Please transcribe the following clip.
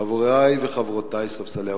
חברי וחברותי מספסלי האופוזיציה,